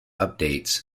updates